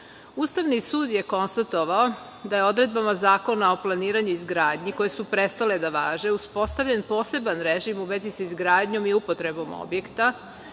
sud je konstatovao da je odredbama Zakona o planiranju i izgradnji, koje su prestale da važe, uspostavljen poseban režim u vezi sa izgradnjom i upotrebom objekta